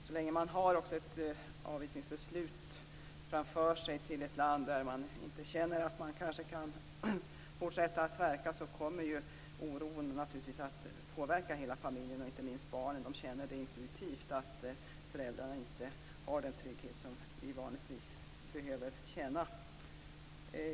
Så länge man också har ett avvisningsbeslut framför sig, i ett land där man inte känner att man kan fortsätta att verka, kommer oron naturligtvis att påverka hela familjen, och inte minst barnen. De känner intuitivt att föräldrarna inte har den trygghet som de vanligtvis behöver känna.